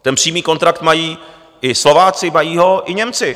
Ten přímý kontrakt mají i Slováci, mají ho i Němci.